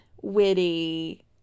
witty